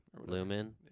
Lumen